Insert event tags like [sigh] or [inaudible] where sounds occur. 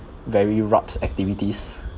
very rubs activities [breath]